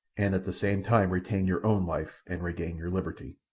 and at the same time retain your own life and regain your liberty.